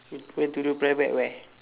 where where to do private at where